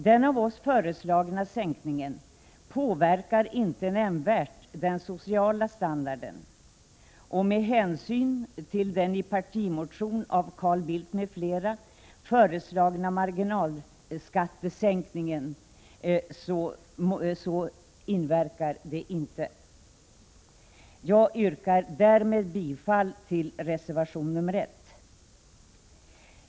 Den avooss föreslagna sänkningen påverkar inte nämnvärt den sociala standarden, med hänsyn till den i partimotionen av Carl Bildt m.fl. föreslagna marginalskattesänkningen. Jag yrkar därmed bifall till reservation nr 1.